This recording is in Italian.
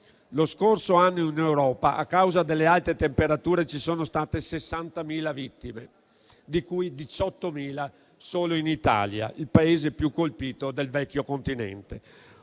Lo scorso anno in Europa a causa delle alte temperature ci sono state 60.000 vittime, di cui 18.000 solo in Italia, il Paese più colpito del vecchio Continente.